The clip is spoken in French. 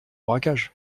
braquage